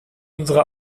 unsere